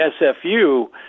SFU